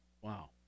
Wow